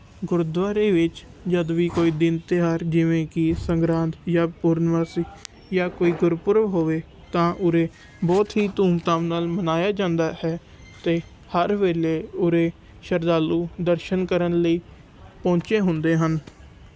ਗੁਰਦੁਆਰੇ ਵਿੱਚ ਜਦ ਵੀ ਕੋਈ ਦਿਨ ਤਿਉਹਾਰ ਜਿਵੇਂ ਕਿ ਸੰਗਰਾਂਦ ਜਾਂ ਪੂਰਨਮਾਸੀ ਜਾਂ ਕੋਈ ਗੁਰਪੁਰਬ ਹੋਵੇ ਤਾਂ ਉਰੇ ਬਹੁਤ ਹੀ ਧੂਮ ਧਾਮ ਨਾਲ ਮਨਾਇਆ ਜਾਂਦਾ ਹੈ ਅਤੇ ਹਰ ਵੇਲੇ ਉਰੇ ਸ਼ਰਧਾਲੂ ਦਰਸ਼ਨ ਕਰਨ ਲਈ ਪਹੁੰਚੇ ਹੁੰਦੇ ਹਨ